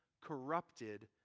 corrupted